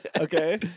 Okay